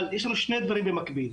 אבל יש לנו שני דברים במקביל.